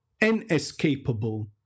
inescapable